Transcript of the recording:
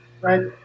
right